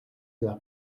dla